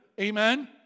Amen